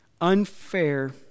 unfair